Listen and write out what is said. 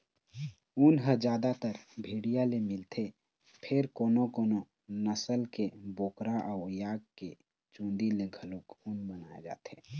ऊन ह जादातर भेड़िया ले मिलथे फेर कोनो कोनो नसल के बोकरा अउ याक के चूंदी ले घलोक ऊन बनाए जाथे